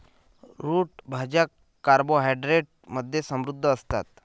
route भाज्या carbohydrates मध्ये समृद्ध असतात